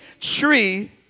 tree